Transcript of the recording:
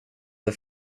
det